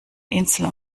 insel